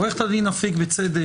עורכת הדין אפיק אמרה